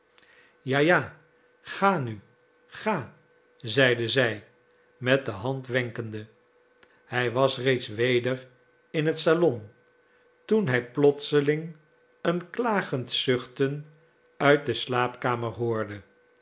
ja ja ga nu ga zeide zij met de hand wenkende hij was reeds weder in het salon toen hij plotseling een klagend zuchten uit de slaapkamer hoorde